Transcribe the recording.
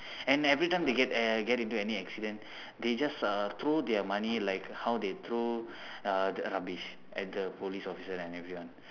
and every time they get uh get into any accident they just uh throw their money like how they throw uh the rubbish at the police officer and everyone